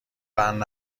بند